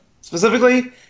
specifically